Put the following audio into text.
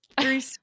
three